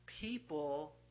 People